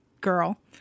girl